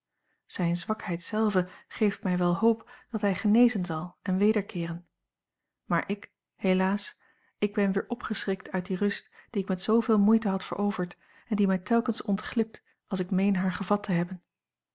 zijne zwakheid zelve geeft mij wel hoop dat hij genezen zal en wederkeeren maar ik helaas ik ben weer opgeschrikt uit die rust die ik met zooveel moeite had veroverd en die mij telkens ontglipt als ik meen haar gevat te hebben